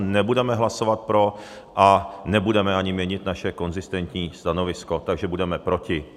Nebudeme hlasovat pro a nebudeme ani měnit naše konzistentní stanovisko, takže budeme proti.